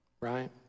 right